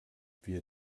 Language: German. wir